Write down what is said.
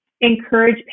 encourage